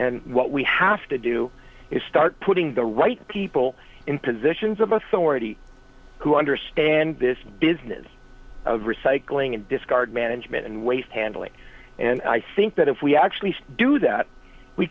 and what we have to do is start putting the right people in positions of authority who understand this business of recycling and discard management and waste handling and i think that if we actually do that we